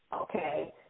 okay